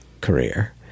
career